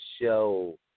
show